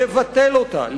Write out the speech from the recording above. לבטל אותה,